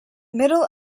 middle